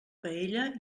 paella